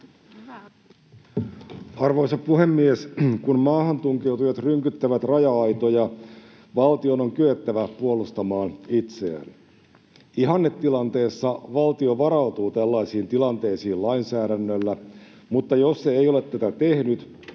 Arvoisa puhemies! Kun maahantunkeutujat rynkyttävät raja-aitoja, valtion on kyettävä puolustamaan itseään. Ihannetilanteessa valtio varautuu tällaisiin tilanteisiin lainsäädännöllä, mutta jos se ei ole tätä tehnyt,